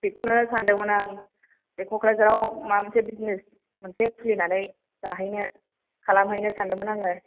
बेेखौनो सानदोंमोन आं बे क'क्राझारआव माबा मोनसे बिजिनेस मोनसे खुलिनानै जाहैनो खालामहैनो सानदोंमोन आङो